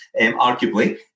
arguably